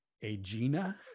Aegina